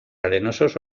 arenosos